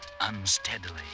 unsteadily